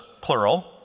plural